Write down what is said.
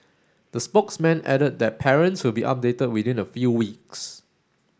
the spokesman added that parents will be updated within a few weeks